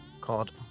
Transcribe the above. called